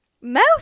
Mouth